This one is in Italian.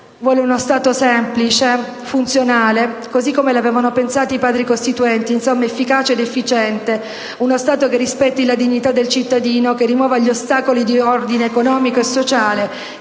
vuole uno Stato semplice, funzionale, così come l'avevano pensato i Padri costituenti, insomma efficace ed efficiente, uno Stato che rispetti la dignità del cittadino, che rimuova «gli ostacoli di ordine economico e sociale,